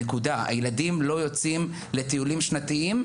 הילדים לא יוצאים לטיולים שנתיים,